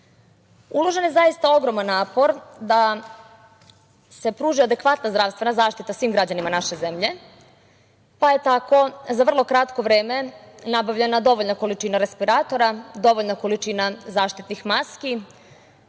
sanira. Uložen je zaista ogroman napor da se pruži adekvatna zdravstvena zaštita svim građanima naše zemlje, pa je tako za vrlo kratko vreme nabavljena dovoljna količina respiratora, dovoljna količina zaštitnih maski,